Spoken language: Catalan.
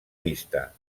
vista